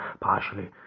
partially